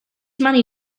money